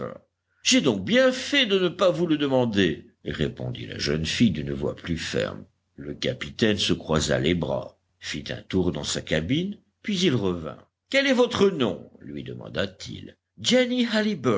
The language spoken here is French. j'ai donc bien fait de ne pas vous le demander répondit la jeune fille d'une voix plus ferme le capitaine se croisa les bras fit un tour dans sa cabine puis il revint quel est votre nom lui demanda-t-il jenny